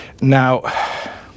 Now